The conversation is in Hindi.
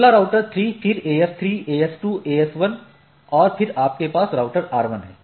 अगला राउटर 3 फिर AS3 AS2 AS1 और फिर आपके पास राउटर R1 है